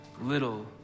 little